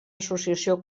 associació